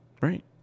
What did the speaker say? right